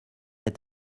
est